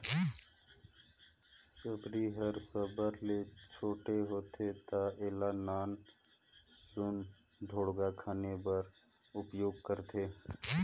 सबरी हर साबर ले छोटे होथे ता एला नान सुन ढोड़गा खने बर उपियोग करथे